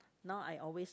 now I always